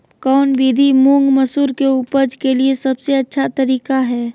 कौन विधि मुंग, मसूर के उपज के लिए सबसे अच्छा तरीका है?